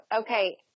okay